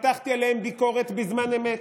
מתחתי עליהם ביקורת בזמן אמת.